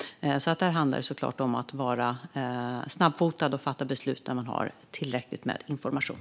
Där handlar det om att vara snabbfotad och fatta beslut när man har tillräckligt med information.